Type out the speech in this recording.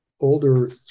Older